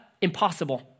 impossible